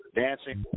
dancing